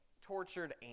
tortured